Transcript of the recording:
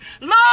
Lord